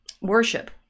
worship